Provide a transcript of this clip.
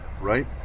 right